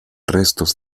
restos